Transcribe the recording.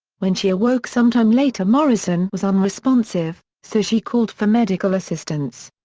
when she awoke sometime later morrison was unresponsive, so she called for medical assistance.